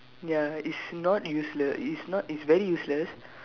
ya it's not useless it is not it's very useless